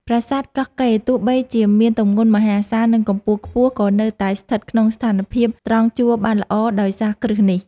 ប្រាសាទកោះកេរទោះបីជាមានទម្ងន់មហាសាល និង កម្ពស់ខ្ពស់ ក៏នៅតែស្ថិតក្នុងស្ថានភាពត្រង់ជួរបានល្អដោយសារគ្រឹះនេះ។